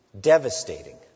Devastating